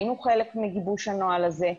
היינו חלק מגיבוש הנוהל הזה.